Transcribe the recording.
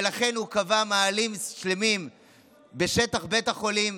ולכן הוא קבע מאהלים שלמים בשטח בית החולים,